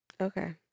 okay